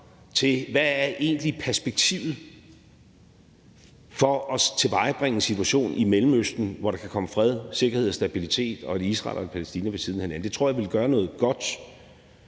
til, hvad perspektivet egentlig er for at tilvejebringe en situation i Mellemøsten, hvor der kan komme fred, sikkerhed og stabilitet og et Israel og Palæstina ved siden af hinanden. Det tror jeg ville gøre noget godt